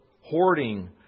hoarding